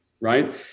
right